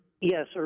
Yes